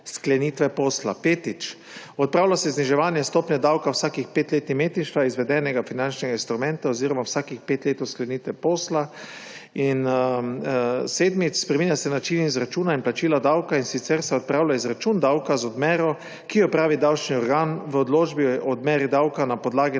sklenitve posla; petič, odpravlja se zniževanje stopnje davka vsakih pet let imetništva izvedenega finančnega instrumenta oziroma vsakih pet let od sklenitve posla; šestič, spreminja se način izračuna in plačila davka, in sicer se odpravlja izračun davka z odmero, ki jo opravi davčni organ v odločbi o odmeri davka na podlagi